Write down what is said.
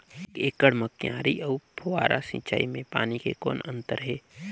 एक एकड़ म क्यारी अउ फव्वारा सिंचाई मे पानी के कौन अंतर हे?